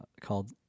called